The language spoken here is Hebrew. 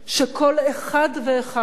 שכל אחד ואחד